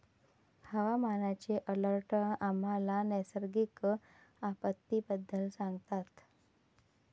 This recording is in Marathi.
हवामानाचे अलर्ट आम्हाला नैसर्गिक आपत्तींबद्दल सांगतात